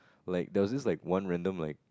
like there was this like one random like